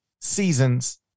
seasons